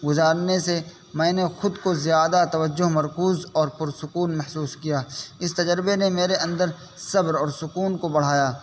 گزارنے سے میں نے خود کو زیادہ توجہ مرکوز اور پرسکون محسوس کیا اس تجربے نے میرے اندر صبر اور سکون کو بڑھایا